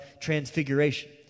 transfiguration